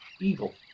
Evil